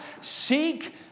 seek